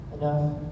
enough